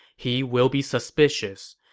he will be suspicious.